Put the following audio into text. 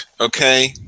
okay